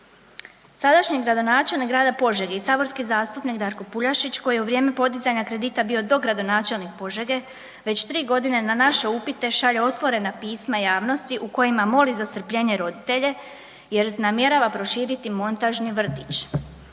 Sadašnji gradonačelnik grada Požege i saborski zastupnik Darko Puljašić koji je u vrijeme podizanja kredita bio dogradonačelnik Požege već 3.g. na naše upite šalje otvorena pisma javnosti u kojima moli za strpljenje roditelje jer namjerava proširiti montažni vrtić.